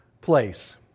place